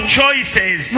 choices